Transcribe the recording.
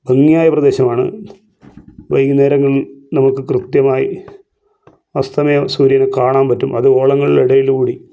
ഭംഗിയായ പ്രദേശമാണ് വൈകുന്നേരങ്ങളിൽ നമുക്ക് കൃത്യമായി അസ്തമയ സൂര്യനെ കാണാൻ പറ്റും അത് ഓളങ്ങളുടെ ഇടയിലൂടി